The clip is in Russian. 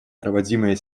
проводимые